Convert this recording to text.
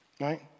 Right